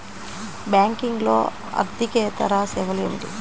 బ్యాంకింగ్లో అర్దికేతర సేవలు ఏమిటీ?